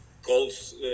Calls